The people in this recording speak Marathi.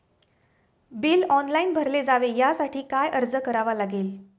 बिल ऑनलाइन भरले जावे यासाठी काय अर्ज करावा लागेल?